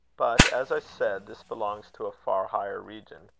but, as i said, this belongs to a far higher region.